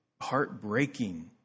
heartbreaking